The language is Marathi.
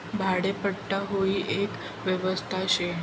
भाडेपट्टा हाई एक व्यवस्था शे